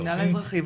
המינהל האזרחי,